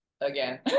again